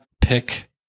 pick